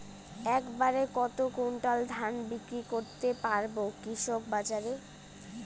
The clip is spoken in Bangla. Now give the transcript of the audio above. এক বাড়ে কত কুইন্টাল ধান বিক্রি করতে পারবো কৃষক বাজারে?